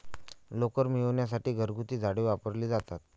लोकर मिळविण्यासाठी घरगुती झाडे वापरली जातात